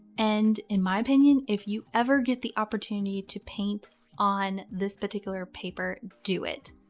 and in my opinion, if you ever get the opportunity to paint on this particular paper, do it.